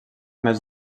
més